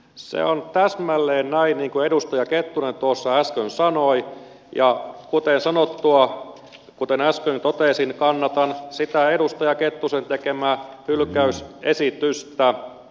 se on täsmälleen näin niin kuin edustaja kettunen tuossa äsken sanoi ja kuten sanottua kuten äsken totesin kannatan edustaja kettusen tekemää hylkäysesitystä